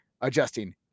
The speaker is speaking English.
adjusting